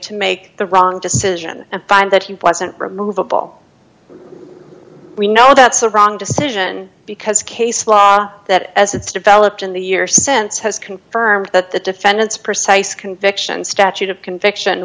to make the wrong decision and find that he wasn't removable we know that's a wrong decision because case law that as it's developed in the year since has confirmed that the defendant's precise conviction statute of conviction